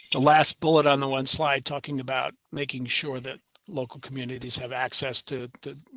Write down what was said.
last bullet on the one slide talking about making sure that local communities have access to the.